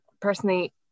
personally